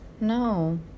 no